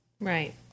Right